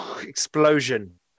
explosion